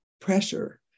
pressure